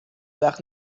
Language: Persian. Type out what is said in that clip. وقت